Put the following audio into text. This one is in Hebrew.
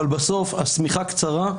אבל בסוף השמיכה קצרה,